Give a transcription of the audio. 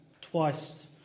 twice